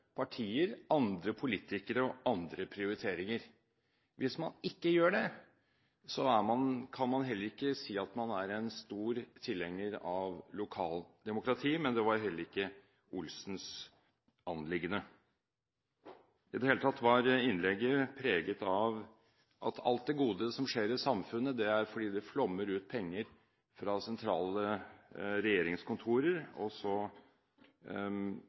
partier, andre politikere og andre prioriteringer. Hvis man ikke gjør det, kan man heller ikke si at man er en stor tilhenger av lokaldemokratiet – det var heller ikke representanten Olsens anliggende. I det hele tatt var innlegget preget av at alt det gode som skjer i samfunnet, skjer fordi det flommer ut penger fra sentrale regjeringskontorer, og så